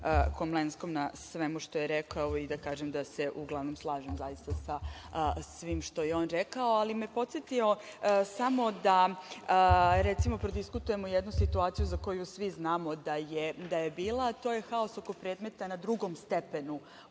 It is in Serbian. Komlenskom na svemu što je rekao i da kažem da se uglavnom slažem zaista sa svim što je on rekao, ali me podsetio samo da prodiskutujemo jednu situaciju za koju svi znamo da je bila, a to je haos oko predmeta na drugom stepenu